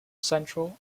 central